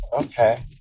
okay